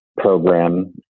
program